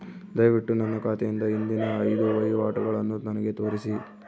ದಯವಿಟ್ಟು ನನ್ನ ಖಾತೆಯಿಂದ ಹಿಂದಿನ ಐದು ವಹಿವಾಟುಗಳನ್ನು ನನಗೆ ತೋರಿಸಿ